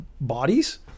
bodies